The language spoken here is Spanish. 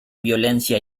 violencia